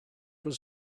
was